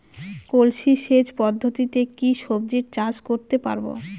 কলসি সেচ পদ্ধতিতে কি সবজি চাষ করতে পারব?